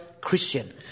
Christian